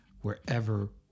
wherever